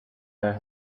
her